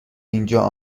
اینجا